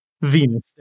Venus